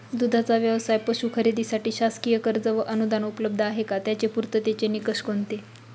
दूधाचा व्यवसायास पशू खरेदीसाठी शासकीय कर्ज व अनुदान उपलब्ध आहे का? त्याचे पूर्ततेचे निकष कोणते?